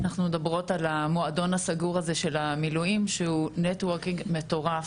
אנחנו מדברות על המועדון הסגור הזה של המילואים שהוא נט וורקינג מטורף